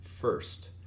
first